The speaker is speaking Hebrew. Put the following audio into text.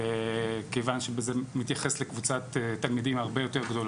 כיוון שזה מתייחס לקבוצת תלמידים הרבה יותר גדולה.